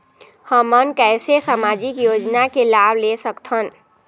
हमन कैसे सामाजिक योजना के लाभ ले सकथन?